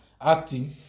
acting